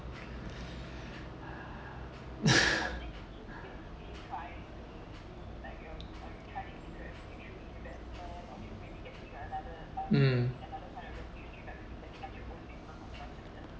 mm